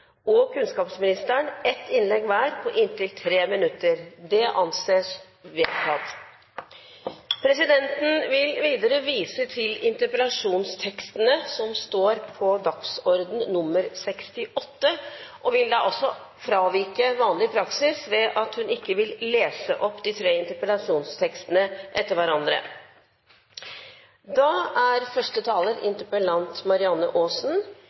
og kunnskapsministeren ett innlegg hver, på inntil 3 minutter. Det anses vedtatt. Presidenten vil videre vise til interpellasjonstekstene, som står på dagsorden nr. 68, og vil også fravike vanlig praksis, ved at presidenten ikke vil lese opp de tre interpellasjonstekstene etter hverandre. Første taler er interpellant Marianne Aasen,